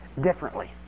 Differently